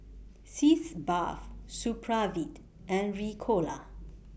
Sitz Bath Supravit and Ricola